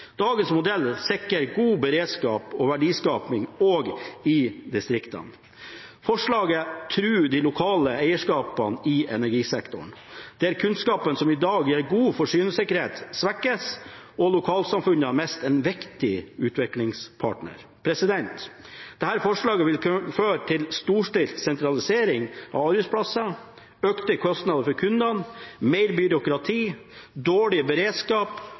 Dagens modell sikrer god beredskap og verdiskaping også i distriktene. Forslaget truer de lokale eierskapene i energisektoren. Den kunnskapen som i dag gir god forsyningssikkerhet, svekkes, og lokalsamfunnene mister en viktig utviklingspartner. Dette forslaget vil kunne føre til storstilt sentralisering av arbeidsplasser, økte kostnader for kundene, mer byråkrati og dårligere beredskap